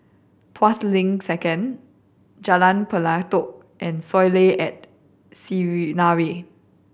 Tuas Link Second Jalan Pelatok and Soleil at Sinaran